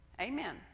Amen